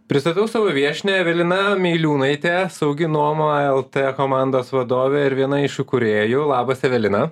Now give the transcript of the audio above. pristatau savo viešnią evelina meiliūnaitė saugi nuoma lt komandos vadovė ir viena iš įkūrėjų labas evelina